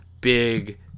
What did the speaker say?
big